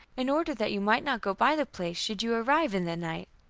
in order that you might not go by the place should you arrive in the night.